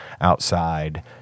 outside